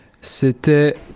C'était